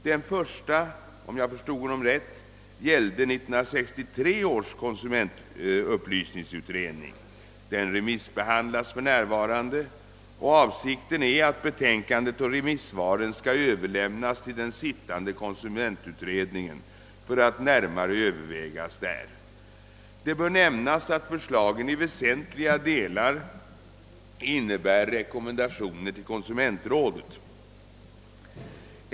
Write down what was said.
Den första gällde, om jag förstod honom rätt, 1963 års konsumentupplysningsutredning. Den remissbehandlas för närvarande, och avsikten är att betänkandet och remissvaren skall överlämnas till den sittande konsumentutredningen för att närmare Övervägas där. Det bör nämnas att förslagen i väsentliga delar innebär rekommendationer till konsumentrådet.